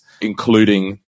including